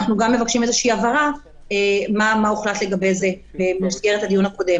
אנחנו גם מבקשים איזושהי הבהרה מה הוחלט לגבי זה במסגרת הדיון הקודם.